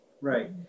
right